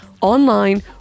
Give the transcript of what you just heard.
online